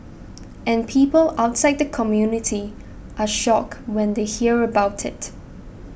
and people outside the community are shocked when they hear about it